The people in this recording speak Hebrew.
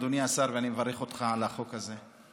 אדוני השר, ואני מברך אותך על החוק הזה,